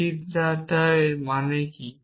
নিহিতার্থ মানে কি